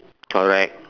correct